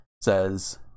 says